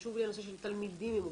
חשוב לי הנושא של תלמידים עם מוגבלות,